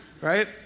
right